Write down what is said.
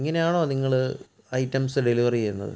ഇങ്ങനെ ആണോ നിങ്ങൾ ഐറ്റംസ് ഡെലിവറി ചെയ്യുന്നത്